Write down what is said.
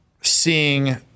seeing